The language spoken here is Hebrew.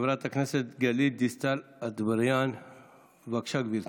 חברת הכנסת גלית דיסטל אטבריאן, בבקשה, גברתי.